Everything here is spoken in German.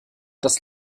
das